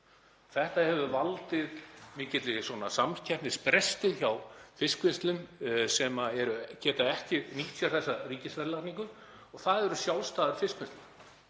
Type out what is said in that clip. Þetta hefur valdið miklum samkeppnisbresti hjá fiskvinnslum sem geta ekki nýtt sér þessa ríkisverðlagningu og það eru sjálfstæðar fiskvinnslur.